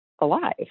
Alive